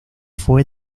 fue